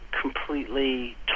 completely